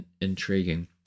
intriguing